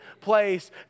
place